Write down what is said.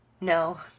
No